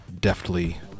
deftly